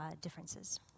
differences